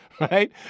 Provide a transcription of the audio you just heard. right